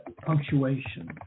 punctuation